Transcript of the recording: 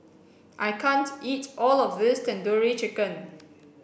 I can't eat all of this Tandoori Chicken